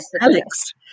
Alex